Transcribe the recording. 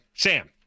Sam